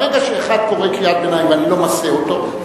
ברגע שאחד קורא קריאת ביניים ואני לא מהסה אותו,